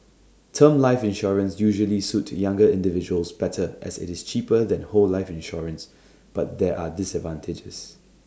term life insurance usually suit younger individuals better as IT is cheaper than whole life insurance but there are disadvantages